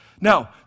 Now